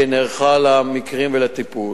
שנערכה למקרים ולטיפול: